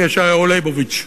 עם ישעיהו ליבוביץ.